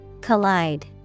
Collide